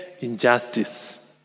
injustice